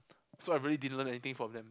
so I really didn't learn anything from them